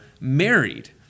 married